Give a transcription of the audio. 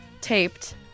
taped